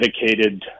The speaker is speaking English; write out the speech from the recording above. dedicated